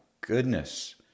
goodness